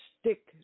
stick